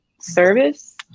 service